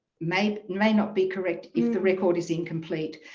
may, may not be correct, if the record is incomplete.